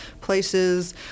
places